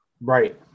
Right